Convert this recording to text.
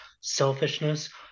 selfishness